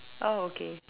oh okay